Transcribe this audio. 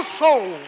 soul